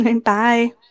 Bye